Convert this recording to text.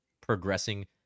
progressing